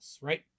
right